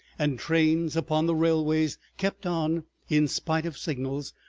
and trains upon the railways kept on in spite of signals,